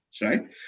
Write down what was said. right